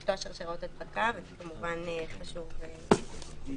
לקטוע שרשרות הדקה שכמובן מבחינתנו זה חשוב מאוד.